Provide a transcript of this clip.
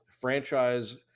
franchise